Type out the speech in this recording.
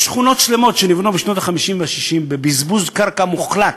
יש שכונות שלמות שנבנו בשנות ה-50 וה-60 בבזבוז קרקע מוחלט.